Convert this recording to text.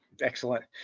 Excellent